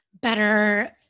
better